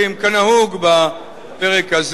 כנהוג בפרק הזה,